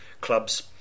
clubs